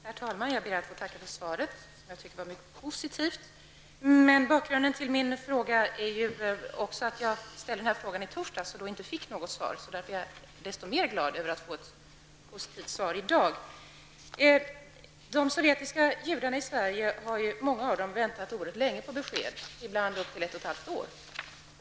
Herr talman! Jag ber att få tacka för svaret som jag tycker var mycket positivt. Bakgrunden till min fråga är att jag ställde den här frågan också i torsdags men då inte fick något svar. Därför är jag desto mer glad över att i dag få ett positivt svar. Många av de sovjetiska judarna i Sverige har väntat oerhört länge på besked, ibland upp till ett och ett halvt år.